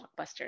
blockbusters